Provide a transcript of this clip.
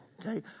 Okay